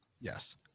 Yes